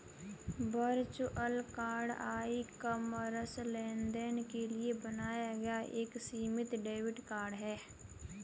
virtual card e commerce लेनदेन के लिए बनाया गया एक सीमित डेबिट कार्ड है